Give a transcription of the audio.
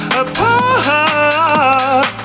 apart